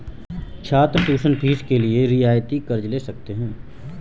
छात्र tuition fees के लिए रियायती कर्ज़ ले सकते हैं